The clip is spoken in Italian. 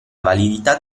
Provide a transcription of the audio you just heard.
validità